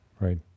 Right